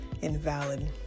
invalid